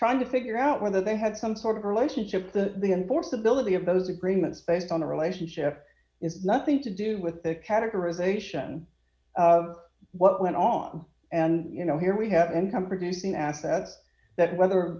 trying to figure out whether they had some sort of relationship the enforceability of those agreements based on the relationship is nothing to do with categorization what went on and you know here we have income producing assets that whether